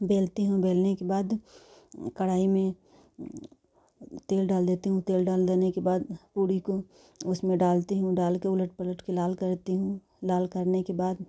बेलती हूँ बेलने के बाद कढ़ाई में तेल डाल देती हूँ तेल डाल देने के बाद पूड़ी को उसमें डालती हूँ डाल के उलट पलट के लाल करती हूँ लाल करने के बाद